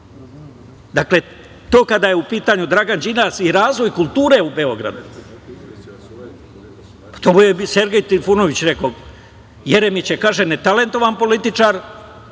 Dakle, to kada je u pitanju Dragan Đilas i razvoj kulture u Beogradu. Pa, to mu je Sergej Trifunović rekao. Jeremić je, kaže, netalentovan političar,